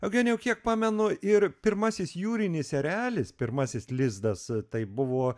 eugenijau kiek pamenu ir pirmasis jūrinis erelis pirmasis lizdas tai buvo